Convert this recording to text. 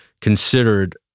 considered